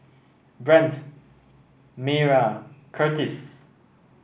Brent Mayra Curtiss